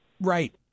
Right